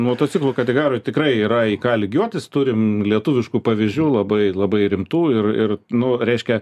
motociklų kategorijoj tikrai yra į ką lygiuotis turim lietuviškų pavyzdžių labai labai rimtų ir ir nu reiškia